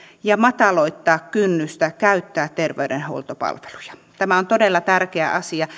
ja mataloittavan kynnystä käyttää terveydenhuoltopalveluja tämä on todella tärkeä asia